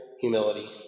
Humility